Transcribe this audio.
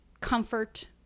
comfort